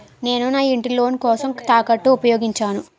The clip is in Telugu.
నేను నా ఇంటిని లోన్ కోసం తాకట్టుగా ఉపయోగించాను